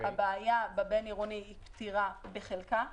הבעיה בבין-עירוני פתירה בחלקה,